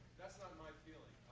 that's not my feeling.